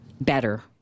Better